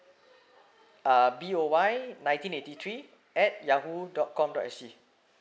uh B O Y nineteen eighty three at yahoo dot com dot s g